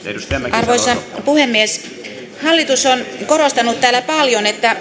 arvoisa puhemies hallitus on korostanut täällä paljon että